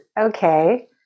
okay